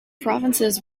provinces